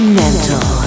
mental